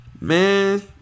Man